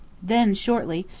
then shortly,